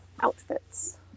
Outfits